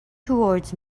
towards